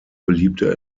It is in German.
beliebte